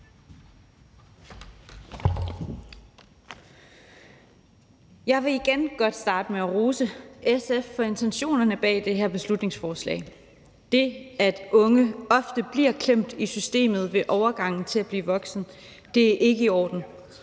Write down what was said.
Jeg vil igen godt starte med at rose SF for intentionerne bag det her beslutningsforslag. Det, at unge ofte bliver klemt i systemet ved overgangen til at blive voksen, er ikke i orden,